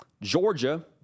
Georgia